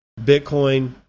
Bitcoin